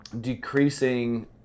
decreasing